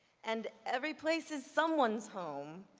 and every place is someone's home,